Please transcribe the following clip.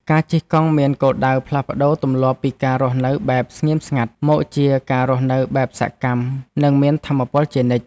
ការជិះកង់មានគោលដៅផ្លាស់ប្តូរទម្លាប់ពីការរស់នៅបែបស្ងៀមស្ងាត់ មកជាការរស់នៅបែបសកម្ម និងមានថាមពលជានិច្ច។